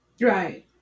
Right